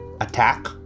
attack